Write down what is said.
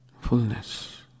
fullness